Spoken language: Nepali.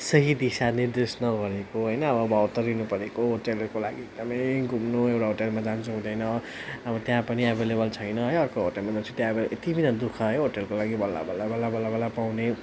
सही दिशा निर्देश नगरेको होइन अब भौतारिनु परेको होटेलहरूको लागि एकदमै घुम्नु एउटा होटेलमा जान्छु हुँदैन अब त्यहाँ पनि अभाइलेबल छैन अर्को होटेलमा जान्छु त्यहाँ गयो यति विघ्न दुःख है होटेलको लागि बल्ल बल्ल बल्ल बल्ल बल्ल पाउने